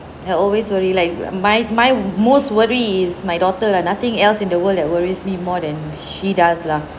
ya always worry like my my most worry is my daughter lah nothing else in the world that worries me more than she does lah